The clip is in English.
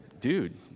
dude